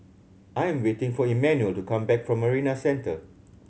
I am waiting for Emmanuel to come back from Marina Centre